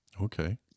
Okay